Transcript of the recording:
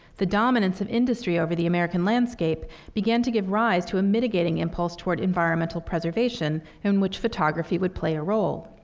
the dominance of industry over the american landscape began to give rise to a mitigating impulse toward environmental preservation in which photography would play a role.